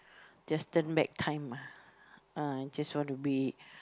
just turn turn back time ah ah I just want to be